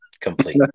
Complete